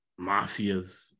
mafias